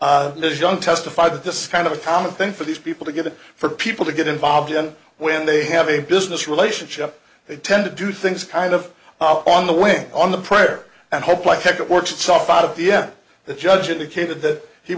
as young testified that this kind of a common thing for these people to get for people to get involved in when they have a business relationship they tend to do things kind of on the whim on the prayer and hope like heck it works itself out of the end the judge indicated that he